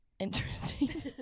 Interesting